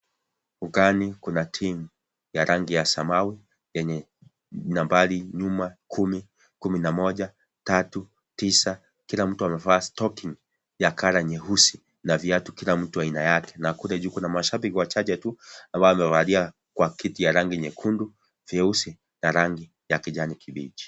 Ugani kuna timu ya rangi ya samawi yenye nambari nyuma kumi, kumi na moja, tatu, tisa kila mtu amevaa stoking ya colour nyeusi na viatu kila mtu aina yake, na kule juu kuna mashabiki wachache tu ambao wamevalia kwa kiti ya rangi nyekundu vyeusi na rangi ya kijani kibichi.